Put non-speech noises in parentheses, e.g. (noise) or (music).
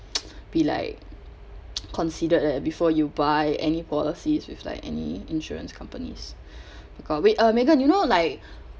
(noise) be like (noise) considered leh before you buy any policies with like any insurance companies (breath) because wait uh megan you know like